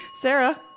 Sarah